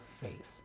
faith